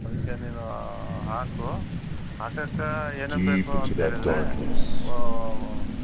ಅದಕ್ಕೆ ನೀನು ಹಾಕು ಹಾಕಕ್ಕಾ ಏನು ಏನು ಬೇಕು ಅಂತ ಹೇಳಿದರೆ